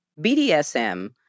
BDSM